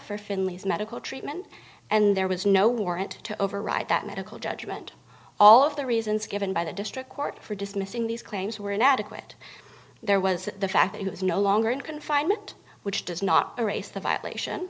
finlay's medical treatment and there was no warrant to override that medical judgment all of the reasons given by the district court for dismissing these claims were inadequate there was the fact that he was no longer in confinement which does not erase the violation